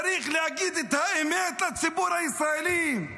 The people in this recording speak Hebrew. צריך להגיד את האמת לציבור הישראלי.